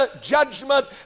judgment